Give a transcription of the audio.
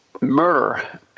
murder